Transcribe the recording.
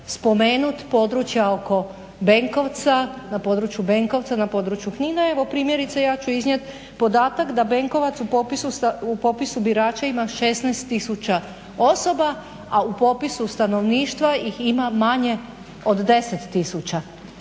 spomenuti područja oko Benkovca, na području Knina. Evo primjerice ja ću iznijeti podatak da Benkovac u popisu birača ima 16000 osoba, a u popisu stanovništva ih ima manje od 10000.